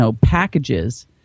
packages